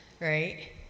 right